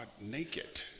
naked